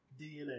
DNA